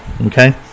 Okay